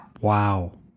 Wow